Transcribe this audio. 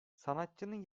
sanatçının